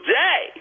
day